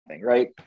right